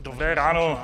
Dobré ráno.